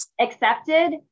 accepted